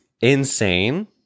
insane